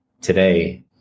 Today